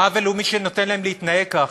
העוול הוא של מי שנותן להם להתנהג ככה.